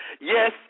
Yes